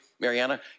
Mariana